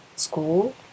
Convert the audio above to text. School